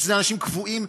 שאלה אנשים קבועים,